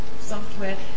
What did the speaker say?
software